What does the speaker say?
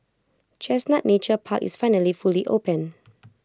chestnut Nature Park is finally fully open